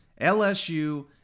LSU